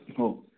हो